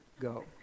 go